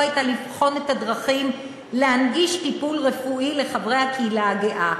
הייתה לבחון את הדרכים להנגיש טיפול רפואי לחברי הקהילה הגאה,